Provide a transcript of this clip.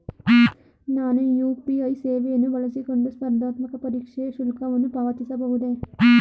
ನಾನು ಯು.ಪಿ.ಐ ಸೇವೆಯನ್ನು ಬಳಸಿಕೊಂಡು ಸ್ಪರ್ಧಾತ್ಮಕ ಪರೀಕ್ಷೆಯ ಶುಲ್ಕವನ್ನು ಪಾವತಿಸಬಹುದೇ?